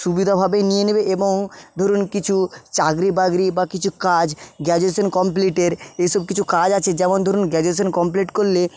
সুবিধাভাবেই নিয়ে নেবে এবং ধরুন কিছু চাকরি বাকরি বা কিছু কাজ গ্রাজুয়েশন কমপ্লিটের এইসব কিছু কাজ আছে যেমন ধরুন গ্রাজুয়েশন কমপ্লিট করলে